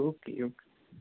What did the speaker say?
okay okay